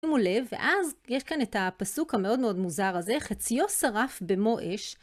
תשימו לב, ואז יש כאן את הפסוק המאוד מאוד מוזר הזה, חציו שרף במו אש.